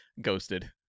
ghosted